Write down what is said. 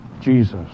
Jesus